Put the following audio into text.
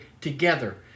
together